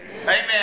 Amen